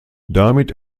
damit